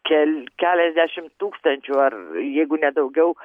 čia keliasdešimt tūkstančių ar jeigu ne daugiau